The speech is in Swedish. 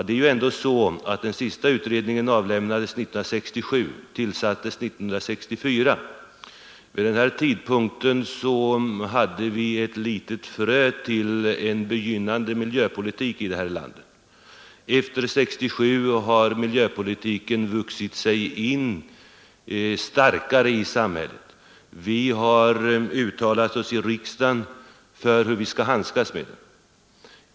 Den senaste utredningen tillsattes 1964 och avslutades 1967. Vid den tidpunkten hade vi ett litet frö till en begynnande miljöpolitik här i landet. Efter 1967 har miljöpolitiken vuxit sig allt starkare i samhället. Vi har uttalat oss i riksdagen för hur vi skall handskas med den.